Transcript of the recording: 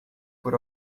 por